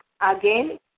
Again